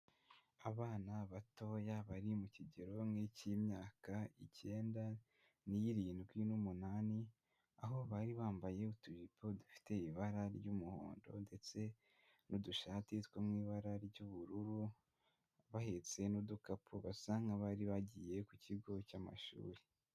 Abana batoya bari mu kigero nk'icy'imyaka icyenda n'irindwi n'umunani, aho bari bambaye utujipo dufite ibara ry'umuhondo ndetse n'udushati two mu ibara ry'ubururu, bahetse n'udukapu basa nk'abari bagiye ku kigo cy'amashuri.